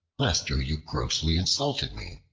last year you grossly insulted me.